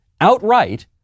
outright